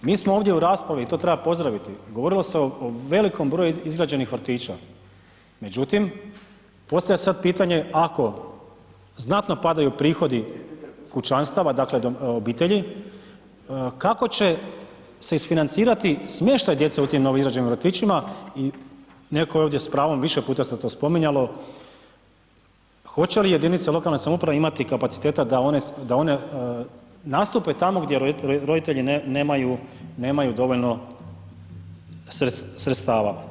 Mi smo ovdje u raspravi i to treba pozdraviti, govorilo se o velikom broju izgrađenih vrtića, međutim, postavlja se sad pitanje ako znatno padaju prihodi kućanstava, dakle obitelji, kako će se isfinancirati smještaj djece u tim novoizgrađenim vrtićima i neko je ovdje s pravom, više puta se to spominjalo, hoće li jedinice lokalne samouprave imati kapaciteta da one, da one nastupe tamo gdje roditelji nemaju, nemaju dovoljno sredstava.